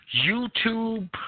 YouTube